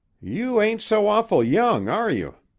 you ain't so awful young, are you?